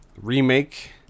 remake